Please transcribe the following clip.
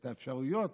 את האפשרויות,